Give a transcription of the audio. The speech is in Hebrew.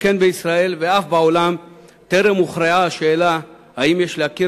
שכן בישראל ואף בעולם טרם הוכרעה השאלה אם יש להכיר